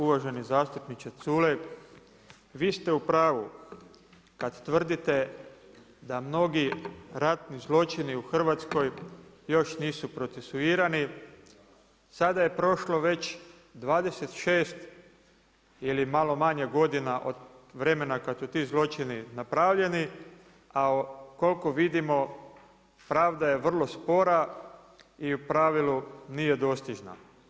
Uvaženi zastupnice Culej, vi ste u pravu kad tvrdite da mnogi ratni zločini u Hrvatskoj još nisu procesuirani, sada je prošlo već 26 ili malo manje godina od vremena od kad su ti zločini napravljeni, a koliko vidimo, pravda je vrlo spora i u pravilu, nije dostižna.